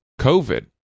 COVID